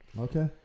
Okay